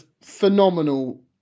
phenomenal